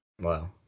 Wow